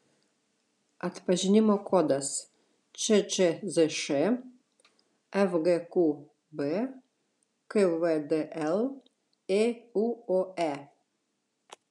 atpažinimo kodas ččzš fgqb kvdl ėuoe